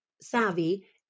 savvy